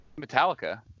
Metallica